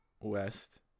west